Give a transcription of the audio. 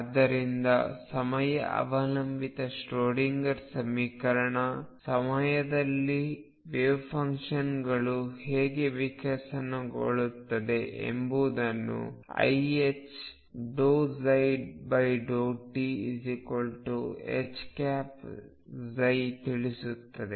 ಆದ್ದರಿಂದ ಸಮಯ ಅವಲಂಬಿತ ಶ್ರೊಡಿಂಗರ್ ಸಮೀಕರಣ ಸಮಯದಲ್ಲಿ ವೆವ್ಫಂಕ್ಷನ್ಗಳು ಹೇಗೆ ವಿಕಸನಗೊಳ್ಳುತ್ತವೆ ಎಂಬುದನ್ನು iℏ∂ψ∂tH ತಿಳಿಸುತ್ತದೆ